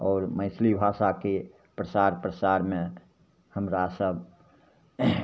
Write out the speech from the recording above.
आओर मैथिली भाषाके प्रसार प्रसारमे हमरासभ